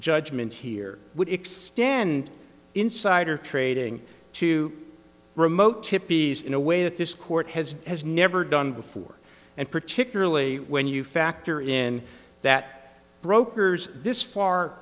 judgment here would extend insider trading to remote to peace in a way that this court has has never done before and particularly when you factor in that brokers this far